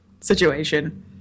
situation